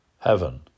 heaven